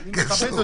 אני מוקיע את